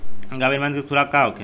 गाभिन भैंस के खुराक का होखे?